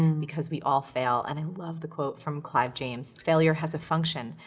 and because we all fail. and i love the quote from clive james failure has a function.